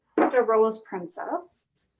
but a rose princess.